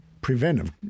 preventive